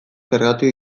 zergatik